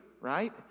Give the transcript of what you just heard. right